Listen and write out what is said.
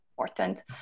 important